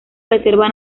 reserva